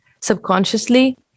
subconsciously